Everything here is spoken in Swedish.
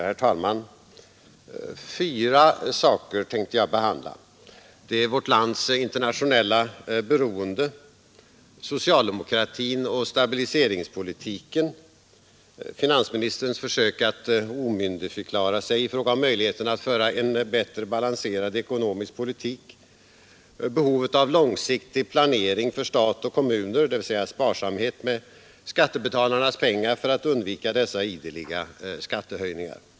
Herr talman! Fyra saker tänkte jag behandla, nämligen vårt lands internationella beroende, socialdemokratin och stabiliseringspolitiken, finansministerns försök att omyndigförklara sig i fråga om möjlighetérna att föra en bättre balanserad ekonomisk politik samt behovet av långsiktig planering för stat och kommuner, dvs. sparsamhet med skattebetalarnas pengar för att undvika dessa ideliga skattehöjningar.